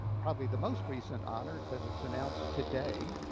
probably the most recent honor because it's announced today.